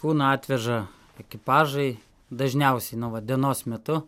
kūną atveža ekipažai dažniausiai nu va dienos metu